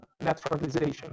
naturalization